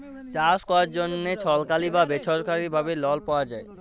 চাষ ক্যরার জ্যনহে ছরকারি বা বেছরকারি ভাবে লল পাউয়া যায়